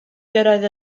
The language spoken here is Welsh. gyrraedd